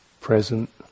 present